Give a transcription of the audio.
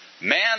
Man